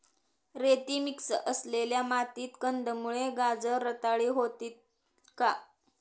रेती मिक्स असलेल्या मातीत कंदमुळे, गाजर रताळी होतील का?